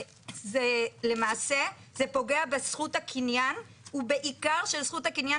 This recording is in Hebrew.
זה למעשה פוגע בזכות הקניין ובעיקר בזכות הקניין